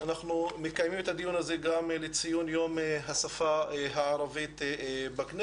אנחנו מקיימים את הדיון הזה גם לציון יום השפה הערבית בכנסת.